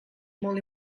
molt